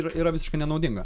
yra yra visiškai nenaudinga